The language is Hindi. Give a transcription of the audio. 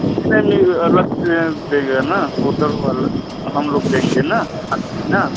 जी नहीं अलग से देगा ना होटल वाला हम लोग देंगे ना खाना